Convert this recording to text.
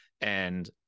and-